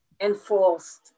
enforced